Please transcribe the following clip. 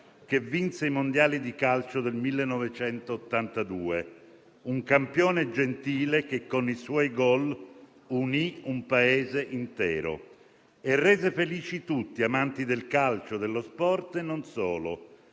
che vinse i Mondiali di calcio del 1982, un campione gentile che con i suoi goal unì un Paese intero e rese felici tutti: amanti del calcio, dello sport e non solo.